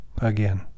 again